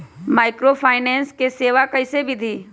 Microfinance के सेवा कइसे विधि?